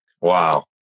Wow